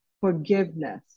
forgiveness